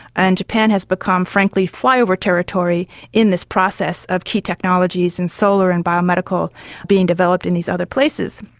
and japan has become frankly flyover territory in this process of key technologies in solar and biomedical being developed in these other places.